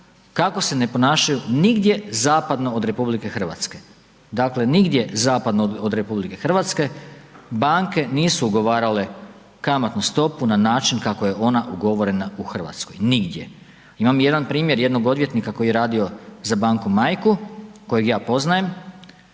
kako se ne ponašaju nigdje zapadno od RH. Dakle nigdje zapadno od RH banke nisu ugovarale kamatnu stopu na način kako je ona ugovorena u Hrvatskoj, nigdje. Imam jedan primjer jednog odvjetnika koji je radio za banku majku kojeg ja poznajem